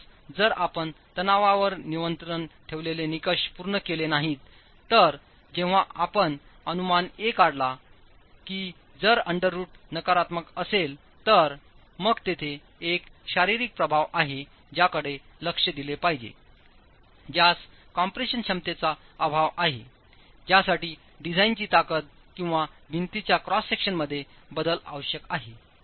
म्हणूनच जर आपण तणावावर नियंत्रण ठेवलेले निकष पूर्ण केले नाहीत तर जेव्हा आपण अनुमान a काढला की जर अंडर रूट नकारात्मक असेल तर मग तेथे एक शारीरिक प्रभाव आहे ज्याकडे लक्ष दिले पाहिजे ज्यास कॉम्प्रेशन क्षमतेचा अभाव आहे ज्यासाठी डिझाइनची ताकद किंवा भिंतीच्या क्रॉस सेक्शनमध्ये बदल आवश्यक आहे